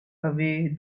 away